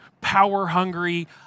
power-hungry